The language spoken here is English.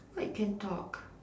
what I can talk